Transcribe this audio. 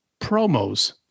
promos